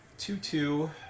to two